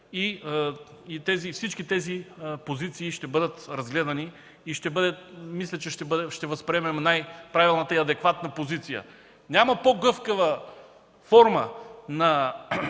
и всички тези позиции ще бъдат разгледани. Мисля, че ще възприемем най-правилната и адекватна позиция. Няма по-гъвкава форма на